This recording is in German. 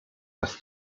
das